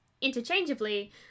interchangeably